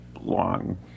Long